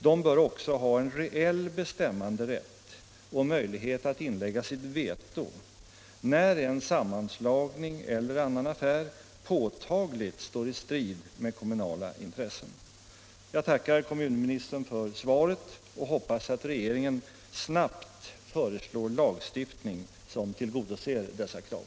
De bör också ha en reell bestämmanderätt och möjlighet att inlägga sitt veto när en sammanslagning eller annan affär påtagligt står i strid med kommunala intressen. Jag tackar för svaret och hoppas att regeringen snabbt föreslår lagstiftning som tillgodoser dessa krav.